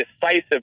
decisive